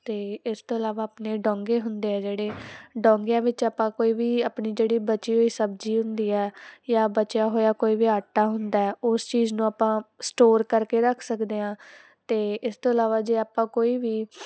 ਅਤੇ ਇਸ ਤੋਂ ਇਲਾਵਾ ਆਪਣੇ ਡੌਗੇ ਹੁੰਦੇ ਹੈ ਜਿਹੜੇ ਡੌਗਿਆਂ ਵਿੱਚ ਆਪਾਂ ਕੋਈ ਵੀ ਆਪਣੀ ਜਿਹੜੀ ਬਚੀ ਹੋਈ ਸਬਜ਼ੀ ਹੁੰਦੀ ਹੈ ਜਾਂ ਬਚਿਆਂ ਹੋਇਆ ਕੋਈ ਵੀ ਆਟਾ ਹੁੰਦਾ ਉਸ ਚੀਜ਼ ਨੂੰ ਆਪਾਂ ਸਟੋਰ ਕਰਕੇ ਰੱਖ ਸਕਦੇ ਹਾਂ ਅਤੇ ਇਸ ਤੋਂ ਇਲਾਵਾ ਜੇ ਆਪਾਂ ਕੋਈ ਵੀ